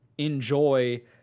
enjoy